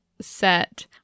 set